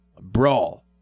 brawl